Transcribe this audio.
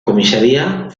comisaría